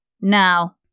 Now